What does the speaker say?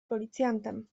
policjantem